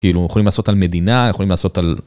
כאילו יכולים לעשות על מדינה, יכולים לעשות על...